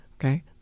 Okay